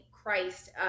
Christ